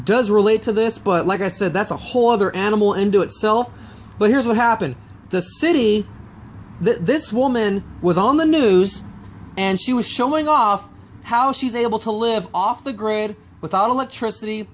does relate to this but like i said that's a whole other animal into itself but here's what happened the city that this woman was on the news and she was showing off how she's able to live off the grid without electricity